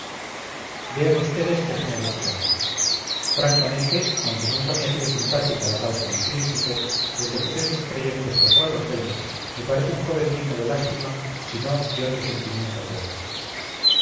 vean vds qué generosidad francamente aunque nunca me ha sido simpática la causa del príncipe desde que sé sus proyectos contra los reyes me parece un joven digno de lástima si no de otro sentimiento peor